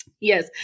yes